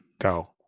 go